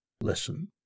listen